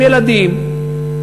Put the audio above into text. עם ילדים,